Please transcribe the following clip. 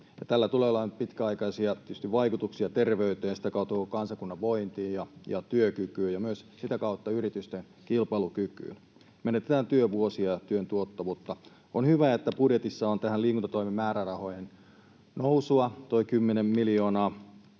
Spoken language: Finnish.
Tällä tulee olemaan tietysti pitkäaikaisia vaikutuksia terveyteen ja sitä kautta koko kansakunnan vointiin ja työkykyyn ja sitä kautta myös yritysten kilpailukykyyn: menetetään työvuosia ja työn tuottavuutta. On hyvä, että budjetissa on liikuntatoimen määrärahojen nousua tuo 10 miljoonaa.